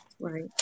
Right